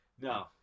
No